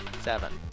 Seven